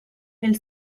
nel